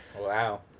Wow